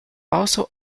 also